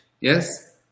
Yes